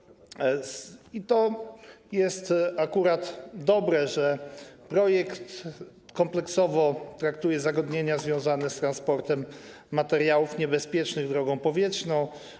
I to jest akurat dobre, że projekt kompleksowo traktuje zagadnienia związane z transportem materiałów niebezpiecznych drogą powietrzną.